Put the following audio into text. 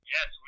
Yes